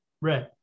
right